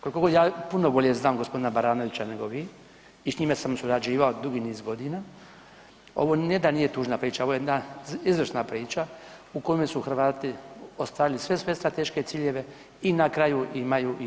Koliko god ja puno bolje znam g. Baranovića nego vi i s njime sam surađivao dugi niz godina, ovo ne da nije tužna priča, ovo je jedna izvrsna priča u kome su Hrvati ostvarili sve svoje strateške ciljeve i na kraju imaju i IGP.